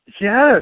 Yes